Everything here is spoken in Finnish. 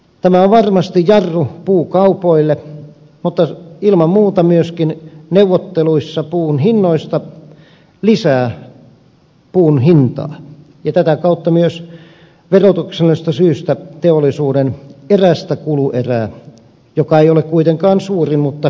tämä on varmasti jarru puukaupoille mutta neuvotteluissa puun hinnoista ilman muuta myöskin lisää puun hintaa ja tätä kautta myös verotuksellisesta syystä teollisuuden erästä kuluerää joka ei ole kuitenkaan suuri mutta kuitenkin merkittävä